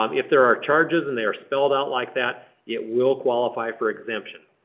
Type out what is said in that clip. um if there are charges and they are spelled out like that, it will qualify for exemption.